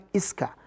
iska